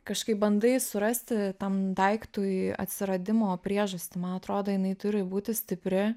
kažkaip bandai surasti tam daiktui atsiradimo priežastį man atrodo jinai turi būti stipri